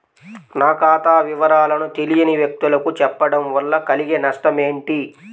నా ఖాతా వివరాలను తెలియని వ్యక్తులకు చెప్పడం వల్ల కలిగే నష్టమేంటి?